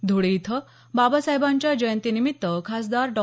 धुळे इथं बाबासाहेबांच्या जयंतीनिमित्त खासदार डॉ